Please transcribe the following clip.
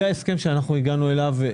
זה ההסכם שאנחנו הגענו אליו.